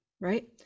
right